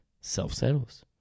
self-settles